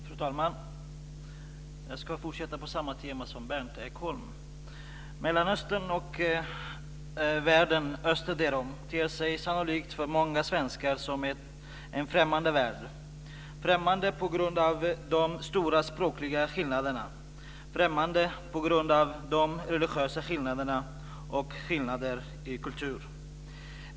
Fru talman! Jag ska fortsätta på samma tema som Berndt Ekholm. Mellanöstern och världen öster därom ter sig sannolikt för många svenskar som en främmande värld, främmande på grund av de stora språkliga skillnaderna, främmande på grund av de religiösa skillnaderna och skillnader i kultur.